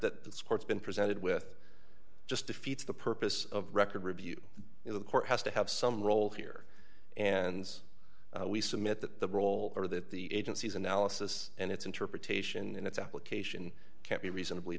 that supports been presented with just defeats the purpose of record review in the court has to have some role here and we submit that the role of that the agency's analysis and its interpretation and its application can be reasonably